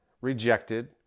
rejected